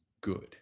good